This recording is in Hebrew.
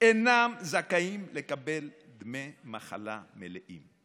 הם אינם זכאים לקבל דמי מחלה מלאים.